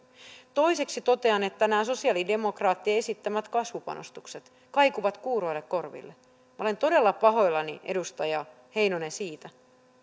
toiseksi totean että nämä sosialidemokraattien esittämät kasvupanostukset kaikuvat kuuroille korville minä olen todella pahoillani edustaja heinonen siitä